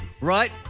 Right